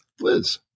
Liz